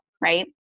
right